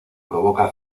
provoca